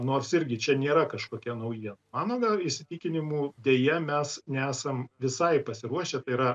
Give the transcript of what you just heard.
nors irgi čia nėra kažkokia naujiena mano gal įsitikinimu deja mes nesam visai pasiruošę tai yra